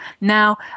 Now